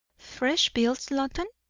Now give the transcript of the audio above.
fresh bills, loton?